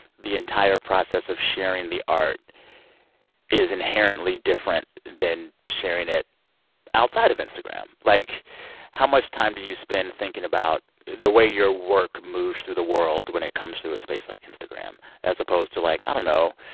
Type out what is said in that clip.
the entire process of sharing the art is inherently different than sharing it outside of instagram. like how much time do you spend thinking about the way your work moves through the world when it comes to a space like instagram as opposed to like, i don't know,